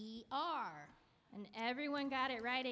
e r and everyone got it right